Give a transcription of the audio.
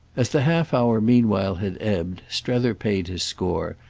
as the half-hour meanwhile had ebbed strether paid his score,